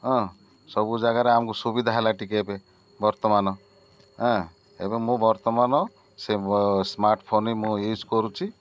ହଁ ସବୁ ଜାଗାରେ ଆମକୁ ସୁବିଧା ହେଲା ଟିକେ ଏବେ ବର୍ତ୍ତମାନ ହଁ ଏବେ ମୁଁ ବର୍ତ୍ତମାନ ସେ ସ୍ମାର୍ଟଫୋନ୍ ମୁଁ ୟୁଜ୍ କରୁଛିି